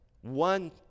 One